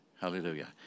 Hallelujah